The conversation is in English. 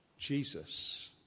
Jesus